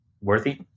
worthy